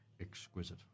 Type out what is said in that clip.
Exquisite